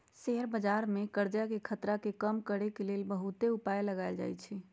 share बजार में करजाके खतरा के कम करए के लेल बहुते उपाय लगाएल जाएछइ